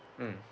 mm